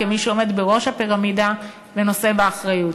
כמי שעומד בראש הפירמידה ונושא באחריות.